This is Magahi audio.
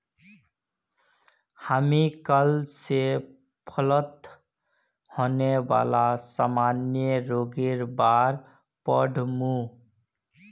हामी कल स फलत होने वाला सामान्य रोगेर बार पढ़ मु